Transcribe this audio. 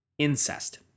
Incest